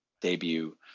debut